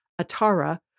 Atara